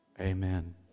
amen